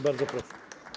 Bardzo proszę.